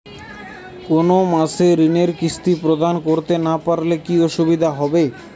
কোনো মাসে ঋণের কিস্তি প্রদান করতে না পারলে কি অসুবিধা হবে?